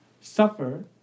suffer